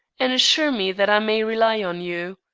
and assure me that i may rely on you.